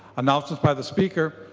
announcement by the speaker.